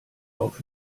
auf